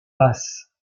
basses